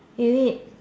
elite